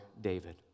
David